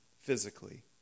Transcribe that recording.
physically